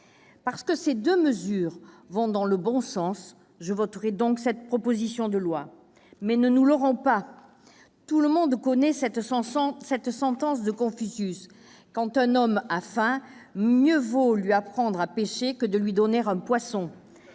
Parce que ces deux mesures vont dans le bon sens, je voterai cette proposition de loi. Mais ne nous leurrons pas ! Tout le monde connaît cette sentence de Confucius :« Quand un homme a faim, mieux vaut lui apprendre à pêcher que de lui donner un poisson ».